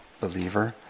believer